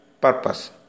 purpose